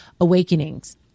Awakenings